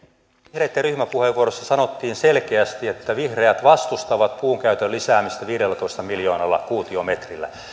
vihreitten ryhmäpuheenvuorossa sanottiin selkeästi että vihreät vastustavat puun käytön lisäämistä viidellätoista miljoonalla kuutiometrillä